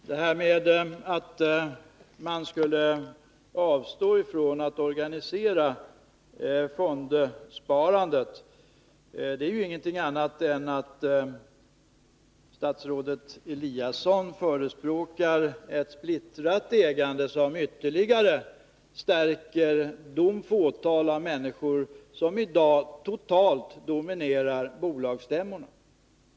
Fru talman! Det här med att man skulle avstå från att organisera fondsparandet innebär ju bara att statsrådet Eliasson förespråkar ett splittrat ägande, som ytterligare stärker makten för det fåtal människor som i dag totalt dominerar bolagsstämmorna.